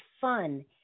fun